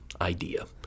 idea